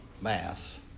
mass